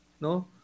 no